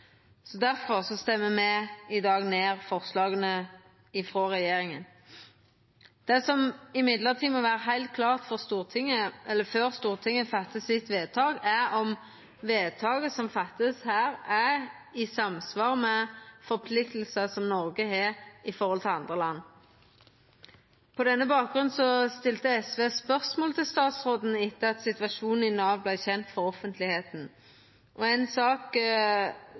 stemmer me i dag mot forslaga frå regjeringa. Det som likevel må vera heilt klart før Stortinget fattar sitt vedtak, er om vedtaket er i samsvar med forpliktingar som Noreg har til andre land. På denne bakgrunnen stilte SV spørsmål til statsråden etter at situasjonen i Nav vart kjend for offentlegheita, ei sak